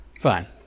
Fine